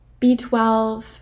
B12